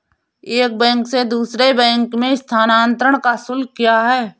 एक बैंक से दूसरे बैंक में स्थानांतरण का शुल्क क्या है?